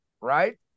right